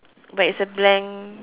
but it's a blank